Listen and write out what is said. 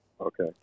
Okay